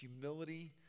humility